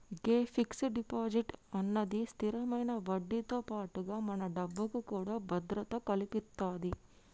గే fix deposit అన్నది స్థిరమైన వడ్డీతో పాటుగా మన డబ్బుకు కూడా భద్రత కల్పితది